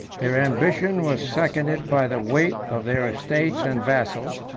their ambition was seconded by the weight of their estates and vassals,